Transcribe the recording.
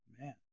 man